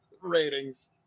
ratings